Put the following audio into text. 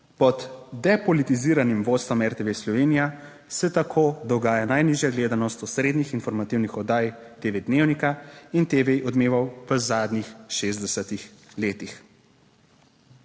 Pod depolitiziranim vodstvom RTV Slovenija se tako dogaja najnižja gledanost osrednjih informativnih oddaj TV Dnevnika in TV Odmevov v zadnjih 60 letih.